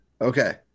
Okay